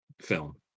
film